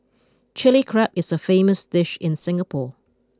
Chilli Crab is a famous dish in Singapore